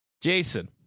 Jason